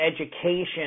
education